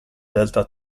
delta